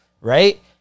right